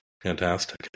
fantastic